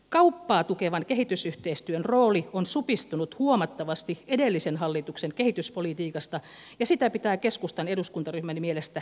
kauppaa tukevan kehitysyhteistyön rooli on supistunut huomattavasti edellisen hallituksen kehityspolitiikasta ja sitä pitää keskustan eduskuntaryhmän mielestä jälleen vahvistaa